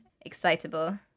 excitable